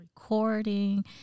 recording